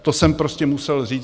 To jsem prostě musel říct.